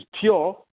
pure